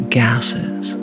gases